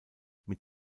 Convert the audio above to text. mit